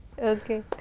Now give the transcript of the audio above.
Okay